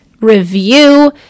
review